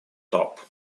top